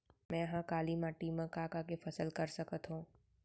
मै ह काली माटी मा का का के फसल कर सकत हव?